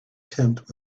tent